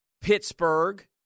Pittsburgh